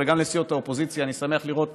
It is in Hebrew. וגם לסיעות האופוזיציה: אני שמח לראות